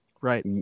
right